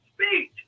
Speak